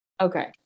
Okay